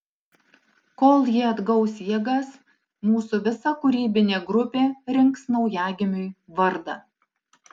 kol ji atgaus jėgas mūsų visa kūrybinė grupė rinks naujagimiui vardą